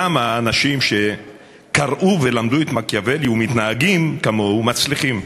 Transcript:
למה אנשים שקראו ולמדו את מקיאוולי ומתנהגים כמוהו מצליחים.